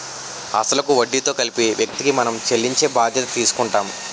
అసలు కు వడ్డీతో కలిపి వ్యక్తికి మనం చెల్లించే బాధ్యత తీసుకుంటాం